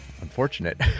unfortunate